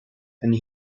and